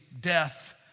death